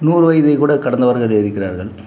நூறு வயதை கூட கடந்தவர்கள் இருக்கிறார்கள்